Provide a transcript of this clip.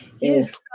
Yes